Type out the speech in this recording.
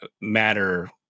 matter